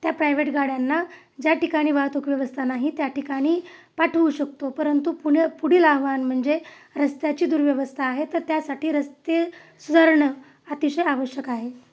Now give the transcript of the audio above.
त्या प्रायव्हेट गाड्यांना ज्या ठिकाणी वाहतूक व्यवस्था नाही त्या ठिकाणी पाठवू शकतो परंतु पुण पुढील आव्हान म्हणजे रस्त्याची दुर्व्यवस्था आहे तर त्यासाठी रस्ते सुधारणं अतिशय आवश्यक आहे